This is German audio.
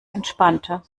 entspannter